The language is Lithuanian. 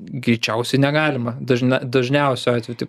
greičiausiai negalima dažna dažniausiu atveju taip